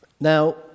Now